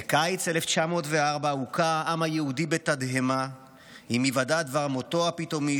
בקיץ 1904 הוכה העם היהודי בתדהמה עם היוודע דבר מותו הפתאומי